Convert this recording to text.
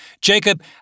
Jacob